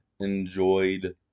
enjoyed